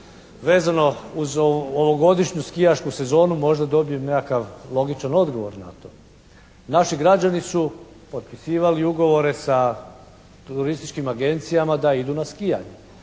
vezano uz ovogodišnju skijašku sezonu. Možda dobijem nekakav logičan odgovor na to. Naši građani su potpisivali ugovore sa turističkim agencijama da idu na skijanje.